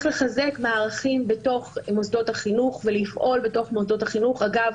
לחזק מערכים בתוך מוסדות החינוך ולפעול בתוך מוסדות החינוך - אגב,